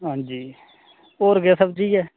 हां जी होर केह् सब्जी ऐ